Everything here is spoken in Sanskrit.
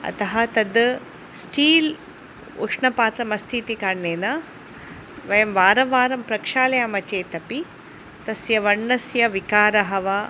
अतः तद् स्टील् उष्ण्पात्रमस्तीतिकारणेन वयं वारं वारं प्रक्षालयामः चेदपि तस्य वर्णस्य विकारः वा